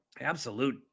Absolute